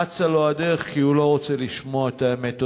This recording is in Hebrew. אצה לו הדרך, כי הוא לא רוצה לשמוע את האמת.